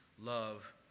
love